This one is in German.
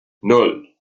nan